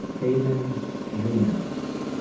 amen yonas.